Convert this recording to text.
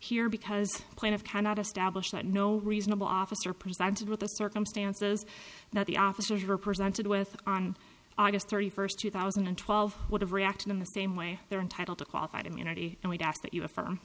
here because of cannot establish that no reasonable officer presented with the circumstances that the officers were presented with on august thirty first two thousand and twelve would have reacted in the same way they're entitled to qualified immunity and we'd ask that you